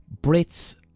...Brits